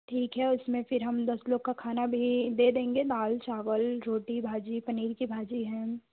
ठीक है उसमें फ़िर हम दस लोग का खाना भी दे देंगे दाल चावल रोटी भाजी पनीर की भाजी है